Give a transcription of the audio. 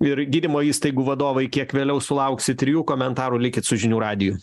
ir gydymo įstaigų vadovai kiek vėliau sulauksit ir jų komentarų likit su žinių radiju